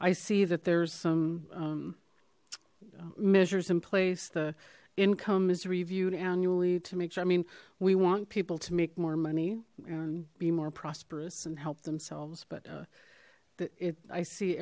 i see that there's some measures in place the income is reviewed annually to make sure i mean we want people to make more money and be more prosperous and help themselves but the it i see